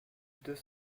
deux